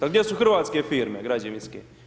A gdje su hrvatske firme građevinske?